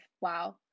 wow